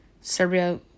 Serbia